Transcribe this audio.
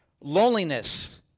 loneliness